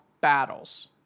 battles